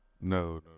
No